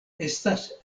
estas